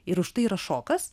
ir už tai yra šokas